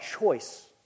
choice